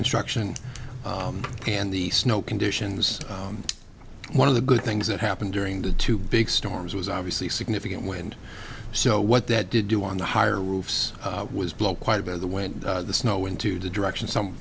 construction and the snow conditions one of the good things that happened during the two big storms was obviously significant wind so what that did do on the higher roofs was blow quite a bit of the when the snow into the direction some